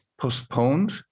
Postponed